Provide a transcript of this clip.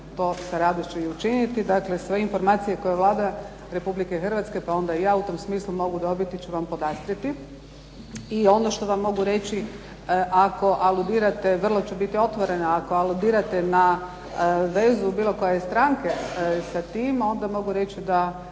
to sa radošću i učiniti. Dakle, sve informacije koje je Vlada Republike Hrvatske, pa onda i ja koje u tom smislu mogu dobiti ću vam podastrijeti i ono što vam mogu reći ako aludirate vrlo ću biti otvorena, ako aludirate na vezu bilo koje stranke sa tim, onda mogu reći da